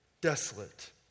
desolate